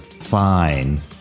fine